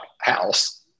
house